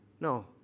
no